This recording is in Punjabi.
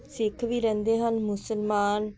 ਸਿੱਖ ਵੀ ਰਹਿੰਦੇ ਹਨ ਮੁਸਲਮਾਨ